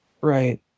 Right